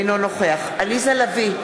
אינו נוכח עליזה לביא,